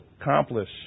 accomplish